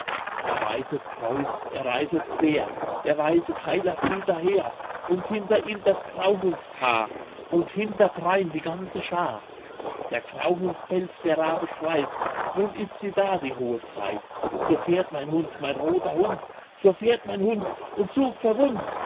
er reitet kreuz er reitet quer der weiße keiler flieht daher und hinter ihm das grauhundpaar und hinterdrein die ganze schar der grauhund bellt der rabe schreit nun ist sie da die hohe zeit zur fährt mein hund mein roter hund zur fährt mein hund und such verwund't